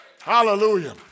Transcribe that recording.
Hallelujah